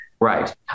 Right